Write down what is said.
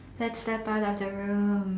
let's step out of the room